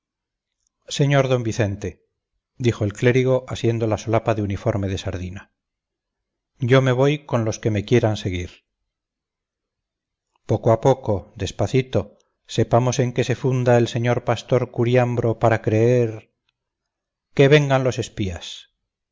sr d vicente dijo el clérigo asiendo la solapa de uniforme de sardina yo me voy con los que me quieran seguir poco a poco despacito sepamos en qué se funda el señor pastor curiambro para creer que vengan los espías